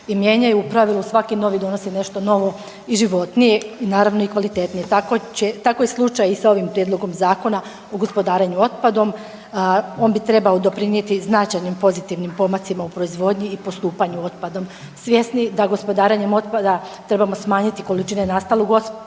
i mijenjaju, u pravilu svaki novi donosi nešto novo i životnije naravno i kvalitetnije. Tako je slučaj i sa ovim Prijedlogom Zakona o gospodarenju otpadnom, on bi trebao doprinijeti značajnim pozitivnim pomacima u proizvodnji i postupanju otpadom. Svjesni da gospodarenjem otpada trebamo smanjiti količine nastalog otpada